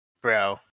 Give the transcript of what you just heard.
Bro